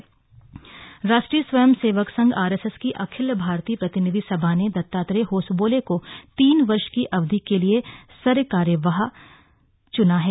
Dattatreya Hosabale Rashtriya Swayam Sevak Sangh RSS की अखिल भारतीय प्रतिनिधि सभा ने दत्तात्रेय होसबोले को तीन वर्ष की अवधि के लिए सरकार्यवाह च्ना है